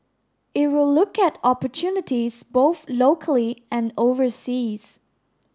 it will look at opportunities both locally and overseas